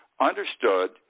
understood